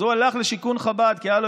אז הוא הלך לשיכון חב"ד כי היה לו